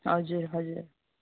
हजुर हजुर